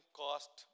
cost